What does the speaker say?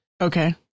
Okay